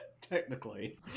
technically